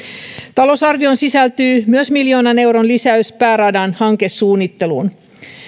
talousarvioon sisältyy myös miljoonan euron lisäys pääradan hankesuunnitteluun